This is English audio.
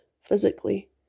physically